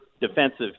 defensive